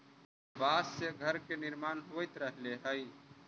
बाँस से घर के निर्माण होवित रहले हई